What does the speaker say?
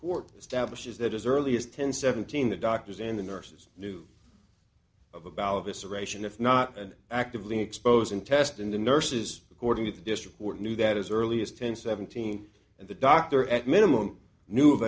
court establishes that as early as ten seventeen the doctors and the nurses knew of about evisceration if not an actively exposing test in the nurses according to the district court knew that as early as ten seventeen and the doctor at minimum knew